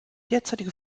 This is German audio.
derzeitige